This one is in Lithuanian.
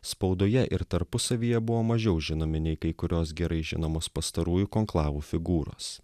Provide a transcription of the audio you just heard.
spaudoje ir tarpusavyje buvo mažiau žinomi nei kai kurios gerai žinomos pastarųjų konklavų figūros